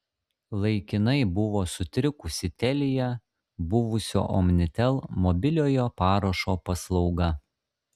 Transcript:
laikinai buvo sutrikusi telia buvusio omnitel mobiliojo parašo paslauga